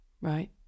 Right